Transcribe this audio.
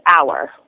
hour